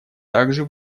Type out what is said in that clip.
также